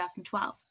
2012